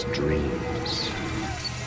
dreams